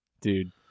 dude